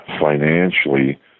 financially